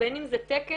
בין אם זה תקן,